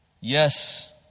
Yes